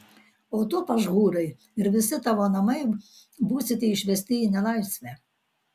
o tu pašhūrai ir visi tavo namai būsite išvesti į nelaisvę